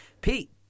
Pete